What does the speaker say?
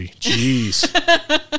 Jeez